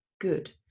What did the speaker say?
good